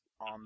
on